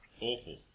Awful